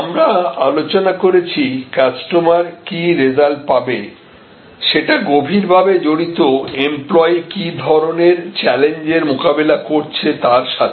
আমরা আলোচনা করেছি কাস্টমার কি রেজাল্ট পাবে সেটা গভীরভাবে জড়িত এমপ্লয়ি কি ধরনের চ্যালেঞ্জ এর মোকাবেলা করছে তার সাথে